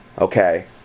okay